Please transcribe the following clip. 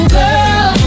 girl